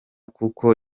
kuko